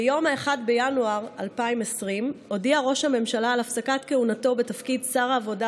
ביום 1 בינואר 2020 הודיע ראש הממשלה על הפסקת כהונתו בתפקיד שר העבודה,